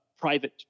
private